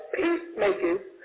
peacemakers